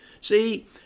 See